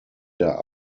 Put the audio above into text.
der